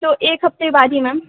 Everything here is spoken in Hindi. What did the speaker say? तो एक हफ़्ते बाद ही मैम